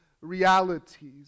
realities